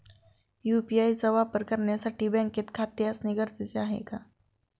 UPI चा वापर करण्यासाठी बँकेत खाते असणे गरजेचे आहे का?